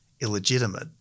illegitimate